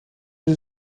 sie